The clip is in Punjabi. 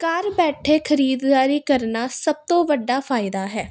ਘਰ ਬੈਠੇ ਖਰੀਦਦਾਰੀ ਕਰਨਾ ਸਭ ਤੋਂ ਵੱਡਾ ਫ਼ਾਇਦਾ ਹੈ